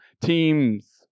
teams